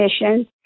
mission